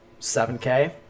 7K